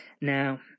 Now